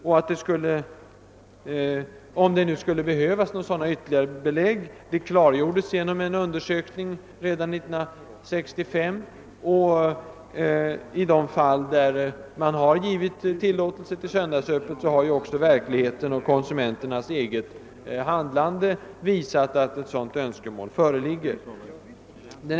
Om nu ytterligare belägg skulle behövas. Dessa önskemål framgick av en undersökning redan 1965, och i de fall man har givit tillåtelse till söndagsöppet har också verkligheten och konsumenternas eget handlande visat att ett sådant önskemål föreligger.